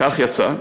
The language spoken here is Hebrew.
כך יצא,